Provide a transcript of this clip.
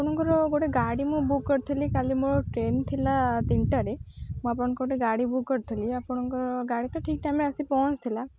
ଆପଣଙ୍କର ଗୋଟେ ଗାଡ଼ି ମୁଁ ବୁକ୍ କରିଥିଲି କାଲି ମୋର ଟ୍ରେନ୍ ଥିଲା ତିନିଟାରେ ମୁଁ ଆପଣଙ୍କ ଗୋଟେ ଗାଡ଼ି ବୁକ୍ କରିଥିଲି ଆପଣଙ୍କର ଗାଡ଼ି ତ ଠିକ୍ ଟାଇମ୍ରେ ଆସି ପହଁଞ୍ଚିଥିଲା